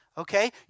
Okay